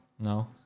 No